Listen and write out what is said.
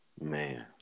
Man